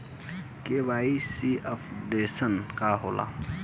KYC updation का होला?